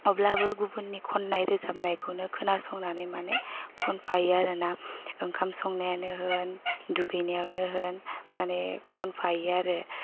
अब्लाबो गुबुननि खन्नाय रोजाबनायखौनो खोनासंनानै माने खनफायो आरोना ओंखाम संनायावनो होन दुगैनायावनो होन माने खनफायो आरो